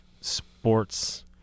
sports